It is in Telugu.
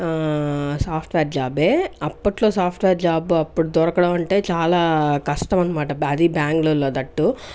ఆ సాఫ్ట్వేర్ జాబ్ ఏ అప్పట్లో సాఫ్ట్వేర్ జాబ్ అప్పుడు దొరకడం అంటే చాలా కష్టం అన్నమాట అది బెంగళూరులో దట్ టూ